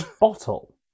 bottle